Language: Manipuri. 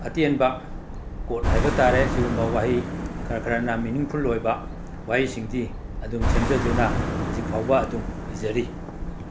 ꯑꯇꯦꯟꯕ ꯀꯣꯠ ꯍꯥꯏꯕ ꯇꯥꯔꯦ ꯑꯁꯤꯒꯨꯝꯕ ꯋꯥꯍꯩ ꯈꯔ ꯈꯔꯅ ꯃꯤꯅꯤꯡꯐꯨꯜ ꯑꯣꯏꯕ ꯋꯥꯍꯩꯁꯤꯡꯗꯤ ꯑꯗꯨꯝ ꯁꯦꯝꯖꯗꯨꯅ ꯍꯧꯖꯤꯛ ꯐꯥꯎꯕ ꯑꯗꯨꯝ ꯏꯖꯔꯤ